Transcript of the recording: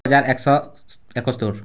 ହଜାର ଏକ ଶହ ଏକସ୍ତରୀ